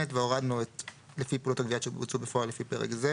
והורדנו את "לפי פעולות הגבייה שבוצעו בפועל לפי פרק זה".